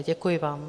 Děkuji vám.